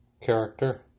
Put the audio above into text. character